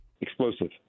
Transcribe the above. Explosive